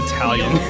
Italian